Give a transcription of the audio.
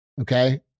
okay